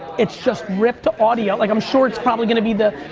it's just ripped audio, like i'm sure it's probably gonna be the,